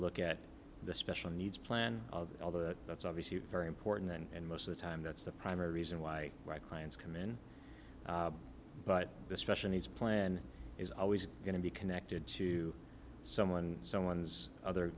look at the special needs plan although that's obviously very important and most of the time that's the primary reason why why clients come in but the special needs plan is always going to be connected to someone someone's other